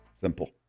Simple